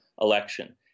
election